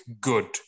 good